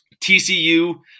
TCU